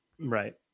Right